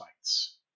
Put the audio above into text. Fights